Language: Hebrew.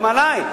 גם עלי.